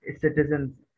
citizens